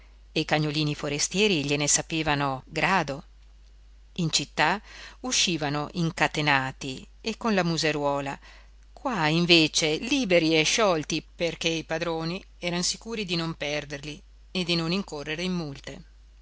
e i cagnolini forestieri gliene sapevano grado in città uscivano incatenati e con la museruola qua invece liberi e sciolti perché i padroni eran sicuri di non perderli e di non incorrere in multe